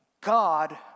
God